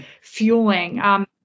fueling